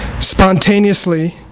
Spontaneously